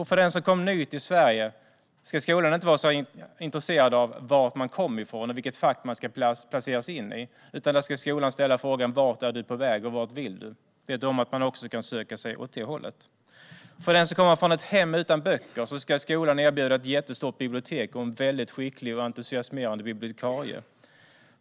För den som kommit ny till Sverige ska skolan inte vara så intresserad av var man kommer från och vilket fack man ska placeras in i, utan skolan ska ställa frågan vart man är på väg och vart man vill: Vet du om att man också kan söka sig åt det hållet? För den som kommer från ett hem utan böcker ska skolan erbjuda ett jättestort bibliotek och en skicklig och entusiasmerande bibliotekarie.